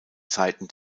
zeiten